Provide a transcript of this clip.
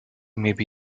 maybe